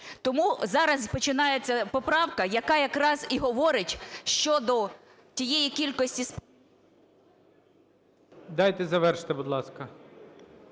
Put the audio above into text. Тому зараз починається поправка, яка якраз і говорить щодо тієї кількості… ГОЛОВУЮЧИЙ. Дайте завершити, будь ласка.